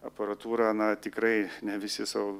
aparatūrą na tikrai ne visi sau